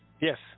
Yes